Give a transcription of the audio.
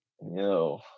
No